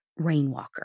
Rainwalker